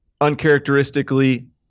uncharacteristically